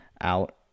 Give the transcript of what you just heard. out